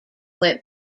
went